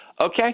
Okay